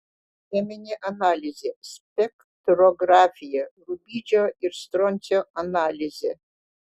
cheminė analizė spektrografija rubidžio ir stroncio analizė